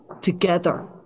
together